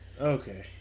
okay